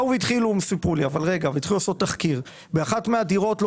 התחילו לעשות תחקיר ובאחת מהדירות לא